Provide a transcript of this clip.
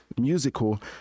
musical